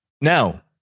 now